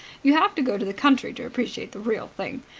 you have to go to the country to appreciate the real thing.